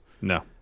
No